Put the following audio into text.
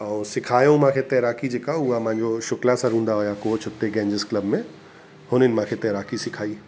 ऐं सिखायो मूंखे तैराकी जेका हुअ मुंहिंजो शुकला सर हूंदा हुआ की उहे छुते गैंजिस क्लब में हुननि मूंखे तैराकी सिखाई